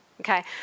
Okay